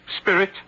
Spirit